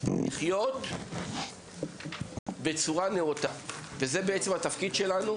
לחיות בצורה נאותה וזה בעצם התפקיד שלנו,